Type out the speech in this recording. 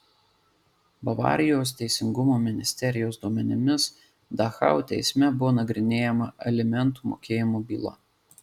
bavarijos teisingumo ministerijos duomenimis dachau teisme buvo nagrinėjama alimentų mokėjimo byla